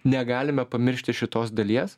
negalime pamiršti šitos dalies